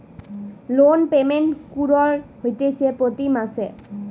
loan payment কুরঢ হতিছে প্রতি মাসে